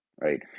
right